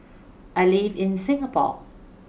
I live in Singapore